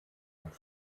und